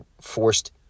forced